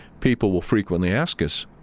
people will frequently ask us,